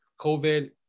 COVID